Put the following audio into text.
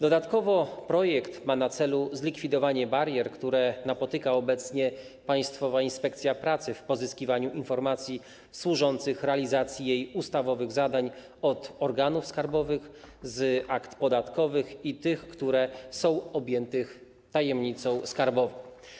Dodatkowo projekt ma na celu zlikwidowanie barier, które napotyka obecnie Państwowa Inspekcja Pracy w pozyskiwaniu informacji służących realizacji jej ustawowych zadań od organów skarbowych, z akt podatkowych i tych, które są objęte tajemnicą skarbową.